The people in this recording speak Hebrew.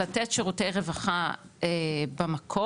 לתת שירותי רווחה במקום.